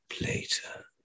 later